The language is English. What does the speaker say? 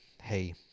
hey